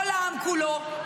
כל העם כולו,